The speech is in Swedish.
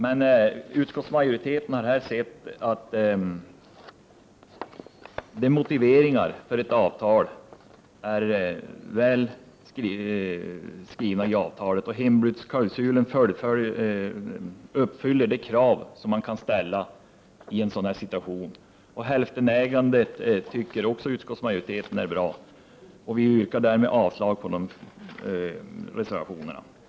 Enligt utskottsmajoriteten har motiveringarna för ett avtal god grund. Hembudsklausulen uppfyller de krav som kan ställas i denna situation. Utskottsmajoriteten menar också att hälftenägandet är bra. Jag yrkar därmed avslag på dessa reservationer. Fru talman!